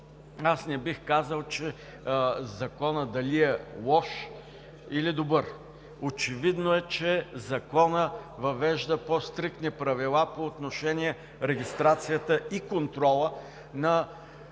Аз не бих казал дали Законът е лош или добър. Очевидно е, че Законът въвежда по-стриктни правила по отношение регистрацията и контрола на